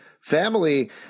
family